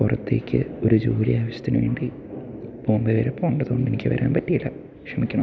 പുറത്തേക്ക് ഒരു ജോലി ആവശ്യത്തിനുവേണ്ടി ബോംബെവരെ പോകേണ്ടതുകൊണ്ടെനിക്ക് വരാൻ പറ്റിയില്ല ക്ഷമിക്കണം